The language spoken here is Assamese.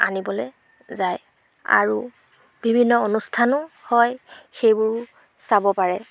আনিবলৈ যায় আৰু বিভিন্ন অনুষ্ঠানো হয় সেইবোৰো চাব পাৰে